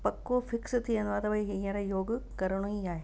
पको फिक्स थी वेंदो आहे त भाई हींअर योग करिणो ई आहे